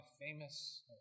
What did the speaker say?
famous